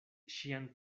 ŝian